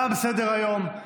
תם סדר-היום.